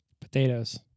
Potatoes